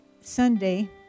sunday